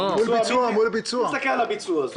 מול הביצוע.